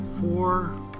four